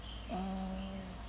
err